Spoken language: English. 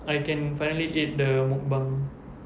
I can finally eat the mukbang